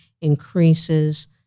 increases